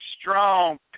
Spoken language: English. strong